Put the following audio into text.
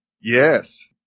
Yes